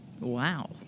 Wow